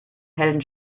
helden